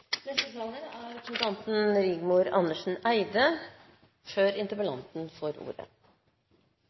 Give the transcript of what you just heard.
Neste taler er representanten